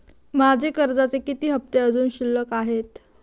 माझे कर्जाचे किती हफ्ते अजुन शिल्लक आहेत?